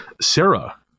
Sarah